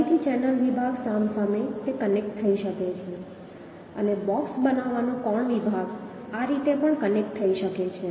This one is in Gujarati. ફરીથી ચેનલ વિભાગ સામસામે તે કનેક્ટ થઈ શકે છે અને બૉક્સ બનાવવાનો કોણ વિભાગ આ રીતે પણ કનેક્ટ થઈ શકે છે